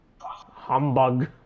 humbug